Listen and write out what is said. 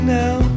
now